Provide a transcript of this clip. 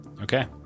Okay